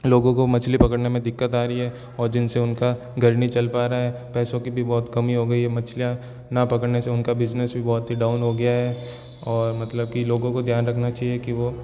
लोगों को मछली पकड़ने में दिक्कत आ रही है और जिनसे उनका घर नहीं चल पा रहा है पैसों की भी बहुत कमी हो गई है मछलियाँ ना पकड़ने से उनका बिज़नेस भी बहुत ही डाउन हो गया है और मतलब कि लोगों को ध्यान रखना चाहिए कि वो